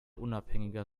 unabhängiger